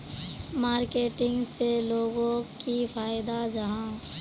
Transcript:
Marketing से लोगोक की फायदा जाहा?